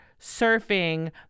surfing